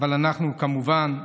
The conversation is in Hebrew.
אבל אנחנו, כמובן,